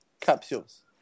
capsules